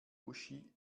uschi